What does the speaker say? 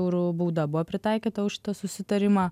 eurų bauda buvo pritaikyta už šitą susitarimą